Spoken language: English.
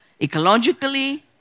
ecologically